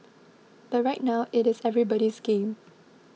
but right now it is everybody's game